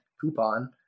coupon